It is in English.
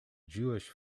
jewish